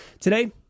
Today